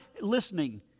listening